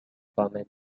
comic